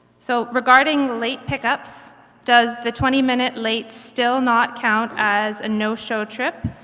so regarding late pickups does the twenty minute late still not count as a no-show trip?